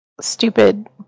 stupid